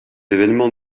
évènements